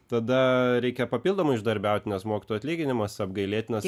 tada reikia papildomai uždarbiaut nes mokytojo atlyginimas apgailėtinas